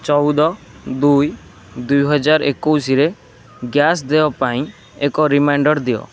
ଚଉଦ ଦୁଇ ଦୁଇହଜାର ଏକୋଇଶରେ ଗ୍ୟାସ୍ ଦେୟ ପାଇଁ ଏକ ରିମାଇଣ୍ଡର୍ ଦିଅ